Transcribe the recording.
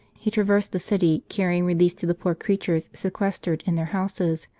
he traversed the city, carrying relief to the poor creatures sequestrated in their houses,